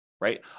right